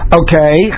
okay